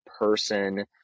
person